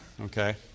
okay